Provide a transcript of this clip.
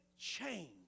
change